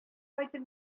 кайтып